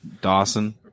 Dawson